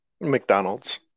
McDonald's